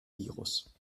virus